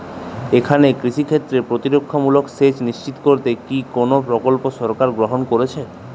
এখানে কৃষিক্ষেত্রে প্রতিরক্ষামূলক সেচ নিশ্চিত করতে কি কোনো প্রকল্প সরকার গ্রহন করেছে?